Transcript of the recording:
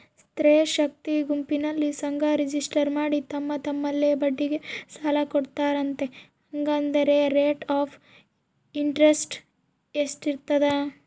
ಸ್ತ್ರೇ ಶಕ್ತಿ ಗುಂಪಿನಲ್ಲಿ ಸಂಘ ರಿಜಿಸ್ಟರ್ ಮಾಡಿ ತಮ್ಮ ತಮ್ಮಲ್ಲೇ ಬಡ್ಡಿಗೆ ಸಾಲ ಕೊಡ್ತಾರಂತೆ, ಹಂಗಾದರೆ ರೇಟ್ ಆಫ್ ಇಂಟರೆಸ್ಟ್ ಎಷ್ಟಿರ್ತದ?